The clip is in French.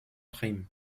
prime